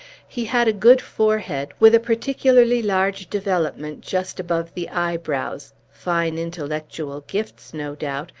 he had a good forehead, with a particularly large development just above the eyebrows fine intellectual gifts, no doubt,